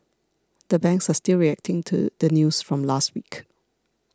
the banks are still reacting to the news from last week